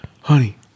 honey